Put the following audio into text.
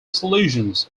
solutions